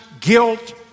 guilt